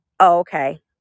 okay